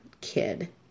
kid